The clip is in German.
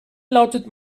lautet